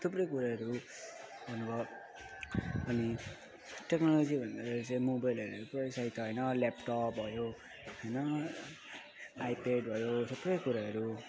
थुप्रै कुराहरू अब अनि टेक्नोलोजीहरूले पुरा सहायता होइन ल्यापटपहरू होइन आइपेड भयो थुप्रै कुराहरू